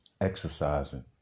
exercising